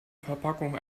verpackung